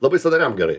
labai sąnariams gerai